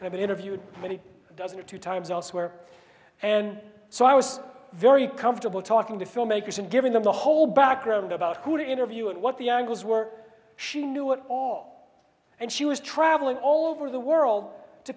and i've interviewed many dozen or two times elsewhere and so i was very comfortable talking to filmmakers and giving them the whole background about who to interview and what the angles were she knew it all and she was traveling all over the world to